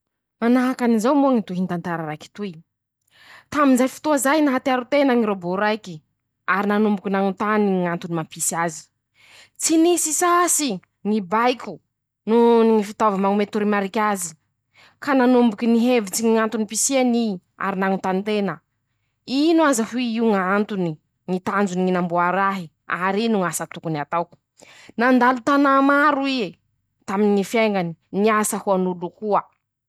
Manahaky anizao moa ñy tohiny tantara raiky toy: -"Tamy zay fotoa zay ,nahatiaro tena ñy rôbô raiky ,ary nanomboky nañontany ñy antony mampisy azy ,tsy nisy sasy ñy baiko noho ñy fitaova mañome toromariky azy ,ka nanomboky nihevitsy ñy antom-pisiany i ary nañontany tena ,"ino aza hoy ñ'antony ,ñy tanjo nañamboara ahy ,ary ino ñ'asa tokony hataoko? "nandalo tanà maro ie taminy ñy fiaiñany ,niasa ho an'olo koa."